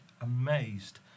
amazed